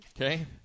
Okay